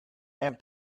and